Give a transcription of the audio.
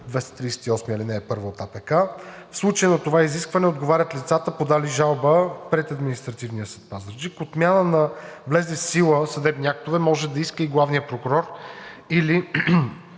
238, ал. 1 от АПК. В случая на това изискване отговарят лицата, подали жалба пред Административния съд – Пазарджик. Отмяна на влезли в сила съдебни актове може да иска и главният прокурор или